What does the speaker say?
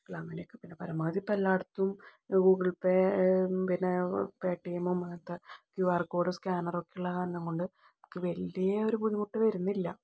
അങ്ങനെ ഇപ്പം പരമാവധി പിന്നെ എല്ലായിടത്തും ഗൂഗിള് പേയും പിന്നെ പേ ടി എം അങ്ങനത്തെ ക്യൂ ആര് കോഡ് സ്കാനറും ഒക്കെ ഉള്ള കാരണം കൊണ്ടു എനിക്ക് വലിയ ഒരു ബുദ്ധിമുട്ട് വരുന്നില്ല